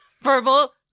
Verbal